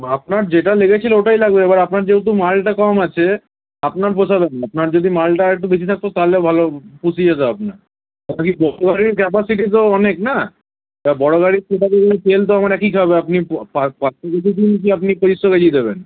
আপনার যেটা লেগেছিলো ওটাই লাগবে এবার আপনার যেহেতু মালটা কম আছে আপনার পোষাবে না আপনার যদি মালটা আর একটু বেশি থাকতো তালে ভালো পুষিয়ে যেতো আপনার আপনার আপনি বড়ো গাড়ির ক্যাপাসিটি তো অনেক না তা বড়ো গাড়ির ছোটো গাড়ির তেল তো আমার একই খাবে আপনি আপনি দেবেন